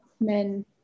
men